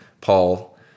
Paul